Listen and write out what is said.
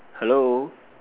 hello